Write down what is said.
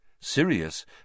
Sirius